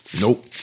Nope